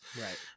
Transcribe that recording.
Right